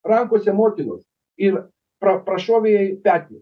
rankose motinos ir pra prašovė jai petį